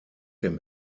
dem